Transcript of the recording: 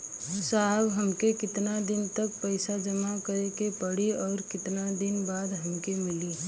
साहब हमके कितना दिन तक पैसा जमा करे के पड़ी और कितना दिन बाद हमके मिली?